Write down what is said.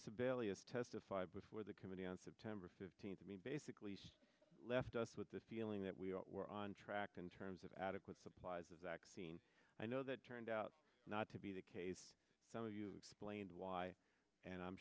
sebelius testified before the committee on september fifteenth i mean basically she left us with the feeling that we were on track in terms of adequate supplies a vaccine i know that turned out not to be the case some of you explained why and i'm